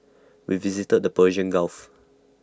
we visited the Persian gulf